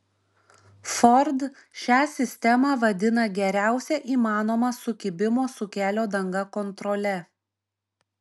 ford šią sistemą vadina geriausia įmanoma sukibimo su kelio danga kontrole